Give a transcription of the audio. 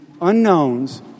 unknowns